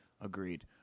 Agreed